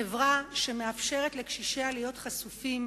חברה שמאפשרת לקשישיה להיות חשופים